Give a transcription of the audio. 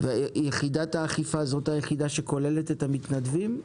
יחידת האכיפה הזאת כוללת את המתנדבים?